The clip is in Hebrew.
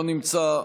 לא נמצא.